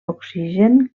oxigen